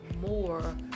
More